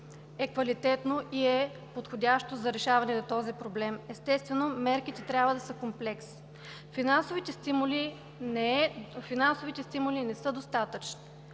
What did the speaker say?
е квалитетно и е подходящо за решаване на този проблем, а естествено мерките трябва да са комплекс. Финансовите стимули не са достатъчни,